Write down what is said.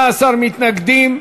17 מתנגדים.